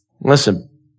Listen